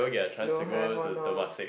don't have one loh